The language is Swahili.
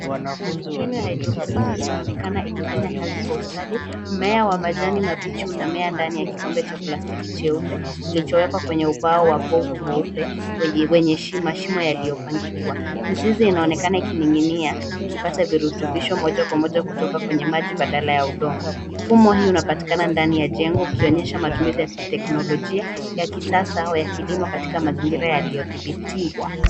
Mbinu ya hydroponic inaonekana ikifanya kazi kwa ustadi. Mmea wa majani mabichi unamea ndani ya kikombe cha plastiki cheupe, kilichowekwa kwenye ubao wa povu mweupe wenye shimo shimo yaliyopangwa. Mzizi inaonekana ikiny'ing'inia, ikipata virutubisho moja kwa moja kutoka kwenye maji badala ya udongo. Mfumo huu unapatikana ndani ya jengo, ukionyesha matumizi ya teknolojia ya kisasa ya kilimo katika mazingira yaliyodhibitiwa.